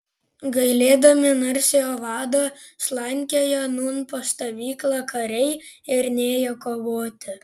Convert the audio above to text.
gailėdami narsiojo vado slankiojo nūn po stovyklą kariai ir nėjo kovoti